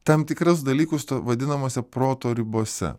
tam tikrus dalykus to vadinamose proto ribose